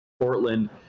Portland